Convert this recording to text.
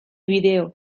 bideo